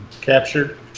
captured